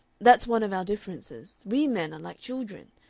that's one of our differences. we men are like children.